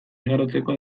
igarotzeko